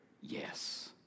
yes